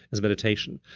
is meditation.